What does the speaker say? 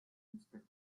inspect